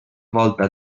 volta